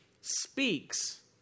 speaks